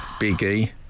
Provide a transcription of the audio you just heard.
Biggie